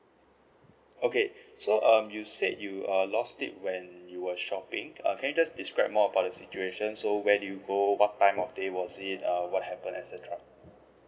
okay so um you said you uh lost it when you were shopping uh can you just describe more about the situation so where did you go what time of day was it uh what happened et cetera